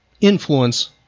influence